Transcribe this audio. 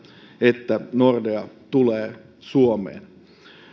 että nordea tulee suomeen